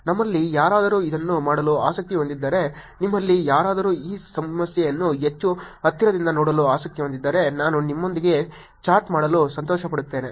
ನಿಮ್ಮಲ್ಲಿ ಯಾರಾದರೂ ಇದನ್ನು ಮಾಡಲು ಆಸಕ್ತಿ ಹೊಂದಿದ್ದರೆ ನಿಮ್ಮಲ್ಲಿ ಯಾರಾದರೂ ಈ ಸಮಸ್ಯೆಯನ್ನು ಹೆಚ್ಚು ಹತ್ತಿರದಿಂದ ನೋಡಲು ಆಸಕ್ತಿ ಹೊಂದಿದ್ದರೆ ನಾನು ನಿಮ್ಮೊಂದಿಗೆ ಚಾಟ್ ಮಾಡಲು ಸಂತೋಷಪಡುತ್ತೇನೆ